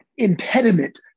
impediment